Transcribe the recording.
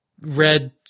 red